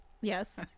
yes